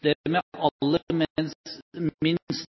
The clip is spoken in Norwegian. vi aller minst